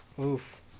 Oof